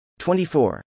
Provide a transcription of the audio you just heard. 24